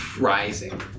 rising